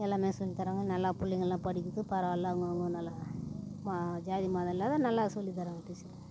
எல்லாம் சொல்லித் தர்றாங்க நல்லா புள்ளைங்கள்லாம் படிக்குது பரவாயில்ல அவங்க அவங்க நல்லா ஜாதி மதம் இல்லாம நல்லா சொல்லித் தர்றாங்க டீச்சர்